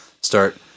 start